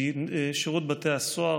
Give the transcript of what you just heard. כי שירות בתי הסוהר,